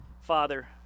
Father